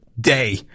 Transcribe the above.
day